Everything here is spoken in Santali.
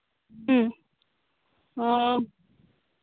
ᱦᱮᱸ ᱦᱮᱸ